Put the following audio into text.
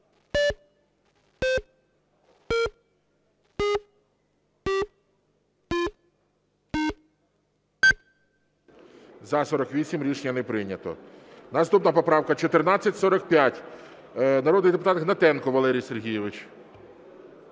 За-48 Рішення не прийнято. Наступна поправка 1445, народний депутат Гнатенко Валерій Сергійович.